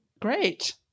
Great